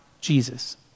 Jesus